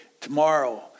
tomorrow